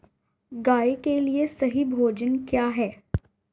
गाय के लिए सही भोजन क्या है?